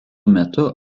metu